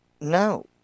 No